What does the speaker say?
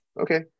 okay